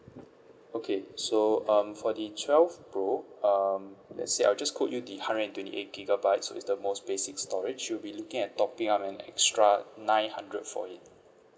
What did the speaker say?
okay so um for the twelve pro um let's say I just quote you the hundred and twenty eight gigabytes so it's the most basic storage you would be looking at topping up an extra nine hundred for it